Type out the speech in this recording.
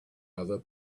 other